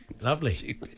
lovely